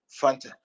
Fanta